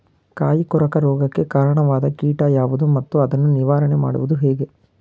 ಕಾಯಿ ಕೊರಕ ರೋಗಕ್ಕೆ ಕಾರಣವಾದ ಕೀಟ ಯಾವುದು ಮತ್ತು ಅದನ್ನು ನಿವಾರಣೆ ಮಾಡುವುದು ಹೇಗೆ?